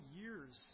years